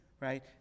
right